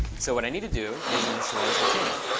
so what i need to do is initialize the table.